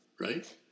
right